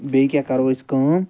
بیٚیہِ کیٛاہ کرو أسۍ کٲم